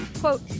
quote